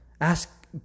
Ask